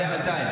אז זה היה אז.